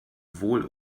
wohl